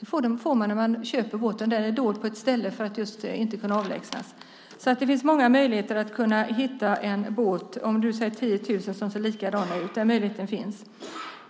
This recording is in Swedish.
Det får man när man köper den. Det är dolt på ett ställe så att det inte kan avlägsnas. Det finns många möjligheter att hitta en båt. Du säger att det finns 10 000 som ser likadana ut, men möjligheten finns.